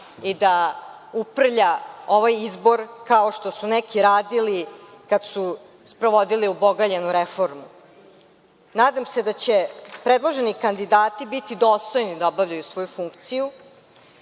i da uprlja ovaj izbor kao što su neki radili kada su sprovodili ubogaljenu reformu. Nadam se da će predloženi kandidati biti dostojni da obavljaju svoju funkciju,